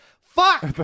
Fuck